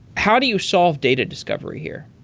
how do you solve data discovery here?